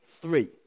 three